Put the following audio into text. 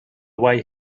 way